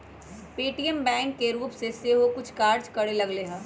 Paytm bank के रूप में सेहो कुछ काज करे लगलै ह